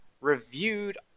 reviewed